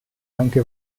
anche